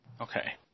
Okay